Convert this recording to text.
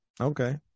Okay